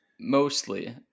Mostly